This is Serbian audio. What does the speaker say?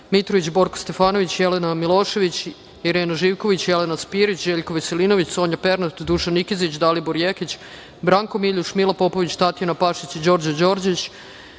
Mitrović, Borko Stefanović, Jelena Milošević, Irena Živković, Jelena Spirić, Željko Veselinović, Sonja Pernat, Dušan Nikezić, Dalibor Jekić, Branko Miljuš, Mila Popović, Tatjana Pašić, Đorđe Đorđić. Pošto